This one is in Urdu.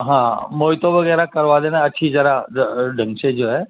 ہاں موہتو وغیرہ کروا دینا اچھی ذرا ڈھنگ سے جو ہے